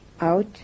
out